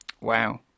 Wow